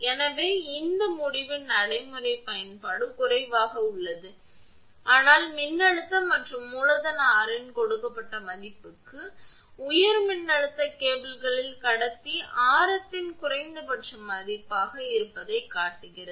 எனவே இந்த முடிவின் நடைமுறை பயன்பாடு குறைவாக உள்ளது ஆனால் மின்னழுத்தம் மற்றும் மூலதன R இன் கொடுக்கப்பட்ட மதிப்புக்கு உயர் மின்னழுத்த கேபிள்களில் கடத்தி ஆரத்தின் குறைந்தபட்ச மதிப்பு இருப்பதைக் குறிக்கிறது